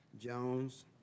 Jones